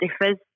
differs